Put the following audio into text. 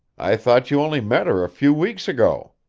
i thought you only met her a few weeks ago.